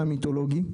המיתולוגי,